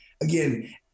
Again